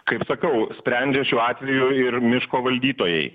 kaip sakau sprendžia šiuo atveju ir miško valdytojai